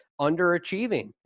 underachieving